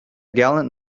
gallant